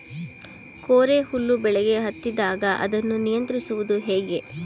ಕೋರೆ ಹುಳು ಬೆಳೆಗೆ ಹತ್ತಿದಾಗ ಅದನ್ನು ನಿಯಂತ್ರಿಸುವುದು ಹೇಗೆ?